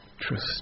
trust